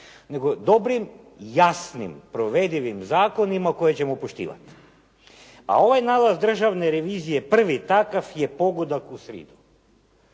nego dobrim, jasnim provedivim zakonima koje ćemo poštivati. A ovaj nalaz Državne revizije prvi takav je pogodak u sridu.